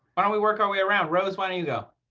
why don't we work our way around? rose, why don't you go?